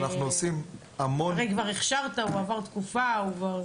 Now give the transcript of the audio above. הרי כבר הכשרת, הוא עבר תקופה.